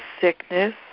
sickness